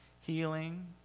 Healing